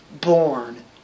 born